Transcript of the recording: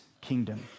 kingdom